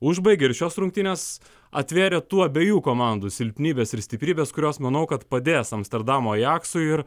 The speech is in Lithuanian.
užbaigė ir šios rungtynės atvėrė tų abiejų komandų silpnybes ir stiprybės kurios manau kad padės amsterdamo ajaksui